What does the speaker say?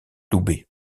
loubet